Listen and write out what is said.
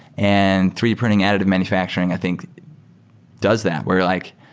and three printing additive manufacturing i think does that where like